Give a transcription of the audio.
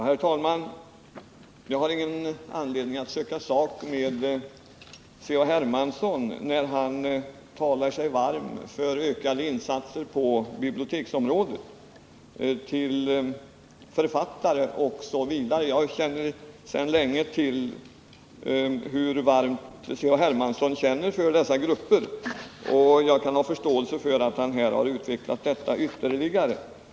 Herr talman! Jag har ingen anledning att söka sak med C.-H. Hermansson när han talar sig varm för ökade insatser på biblioteksområdet till författare osv. — jag känner sedan länge till hur varmt C.-H. Hermansson känner för dessa grupper, och jag kan ha förståelse för att han här har utvecklat detta ytterligare.